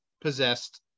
possessed